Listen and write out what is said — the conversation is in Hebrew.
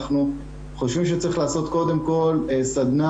אני חושב שאנחנו צריכים קודם כל לעשות סדנה